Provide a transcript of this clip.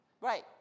Right